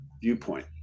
viewpoint